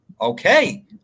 Okay